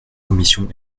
commission